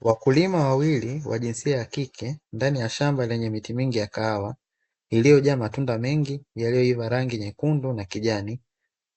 Wakulima wawili wa jinsia ya kike ndani ya shamba lenye miti mingi ya kahawa iliyojaa matunda mengi yaliyoiva rangi nyekundu na kijani,